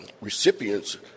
recipients